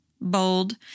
bold